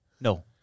no